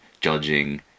judging